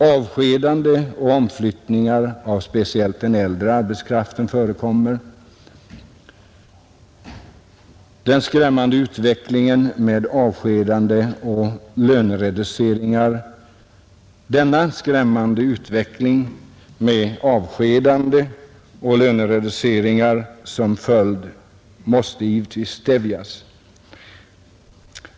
Avskedanden och omflyttningar av speciellt den äldre arbetskraften förekommer. Denna skrämmande utveckling med avskedanden och lönereduceringar som följd måste därför stävjas.